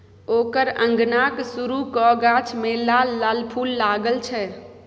ओकर अंगनाक सुरू क गाछ मे लाल लाल फूल लागल छै